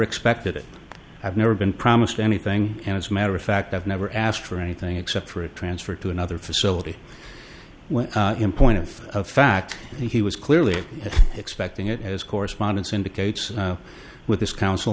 expected it i've never been promised anything and as matter of fact i've never asked for anything except for a transfer to another facility when in point of fact he was clearly expecting it as correspondence indicates with his coun